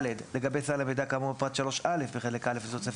לגבי סל המידע כאמור בפרט 3א בחלק א' לתוספת